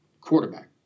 quarterback